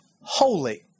holy